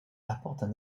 apportent